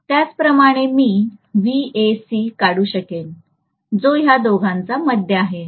त्याचप्रमाणे मी काढू शकेन जो ह्या दोघांचा मध्य आहे